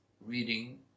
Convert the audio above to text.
reading